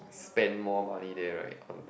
spend more money there right on